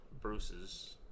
Bruce's